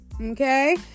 Okay